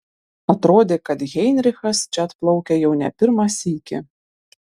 atrodė kad heinrichas čia atplaukia jau ne pirmą sykį